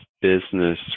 business